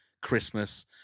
christmas